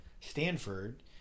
Stanford